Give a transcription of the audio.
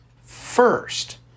first